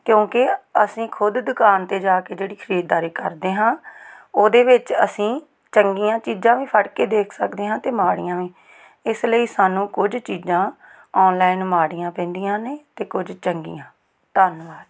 ਕਿਉਂਕਿ ਅਸੀਂ ਖੁਦ ਦੁਕਾਨ 'ਤੇ ਜਾ ਕੇ ਜਿਹੜੀ ਖਰੀਦਦਾਰੀ ਕਰਦੇ ਹਾਂ ਉਹਦੇ ਵਿੱਚ ਅਸੀਂ ਚੰਗੀਆਂ ਚੀਜ਼ਾਂ ਵੀ ਫੜ ਕੇ ਦੇਖ ਸਕਦੇ ਹਾਂ ਅਤੇ ਮਾੜੀਆਂ ਵੀ ਇਸ ਲਈ ਸਾਨੂੰ ਕੁਝ ਚੀਜ਼ਾਂ ਔਨਲਾਈਨ ਮਾੜੀਆਂ ਪੈਂਦੀਆਂ ਨੇ ਅਤੇ ਕੁਝ ਚੰਗੀਆਂ ਧੰਨਵਾਦ